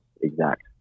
exact